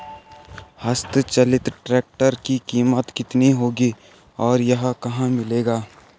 हस्त चलित ट्रैक्टर की कीमत कितनी होगी और यह कहाँ मिलेगा?